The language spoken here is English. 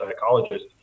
psychologist